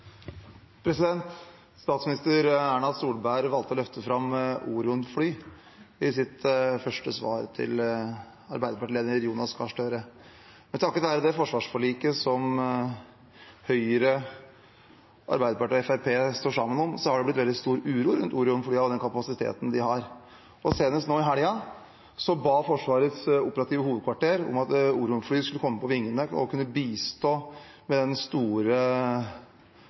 Statsminister Erna Solberg valgte å løfte fram Orion-fly i sitt første svar til Arbeiderpartiets leder, Jonas Gahr Støre. Takket være det forsvarsforliket som Høyre, Arbeiderpartiet og Fremskrittspartiet står sammen om, har det blitt veldig stor uro rundt Orion-flyene og den kapasiteten de har. Senest i helgen ba Forsvarets operative hovedkvarter om at Orion-flyene skulle komme på vingene og bistå ved den store